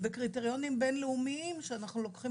וקריטריונים בין-לאומיים שאנחנו לוקחים